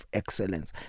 excellence